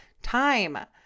Time